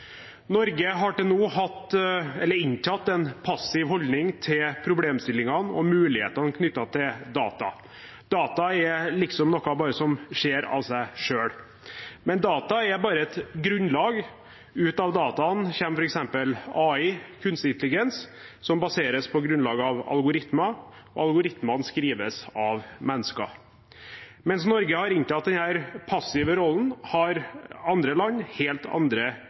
Norge har til nå inntatt en passiv holdning til problemstillingene og mulighetene knyttet til data. Data er liksom bare noe som skjer av seg selv. Men data er bare et grunnlag. Ut av dataen kommer f.eks. AI, kunstig intelligens, som baseres på algoritmer, og algoritmene skrives av mennesker. Mens Norge har inntatt denne passive rollen, har andre land helt andre